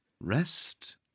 rest